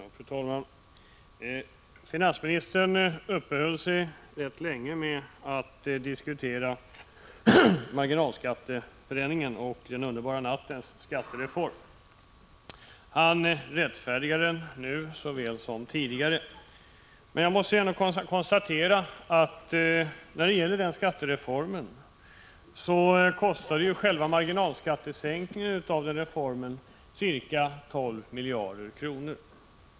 Fru talman! Finansministern uppehöll sig rätt länge vid att diskutera marginalskatteförändringen och den underbara nattens skattereform. Han rättfärdigade den, nu såväl som tidigare. Jag måste ändå konstatera att i den skattereformen kostade själva marginalskattesänkningen ca 12 miljarder kronor.